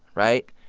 right?